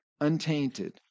untainted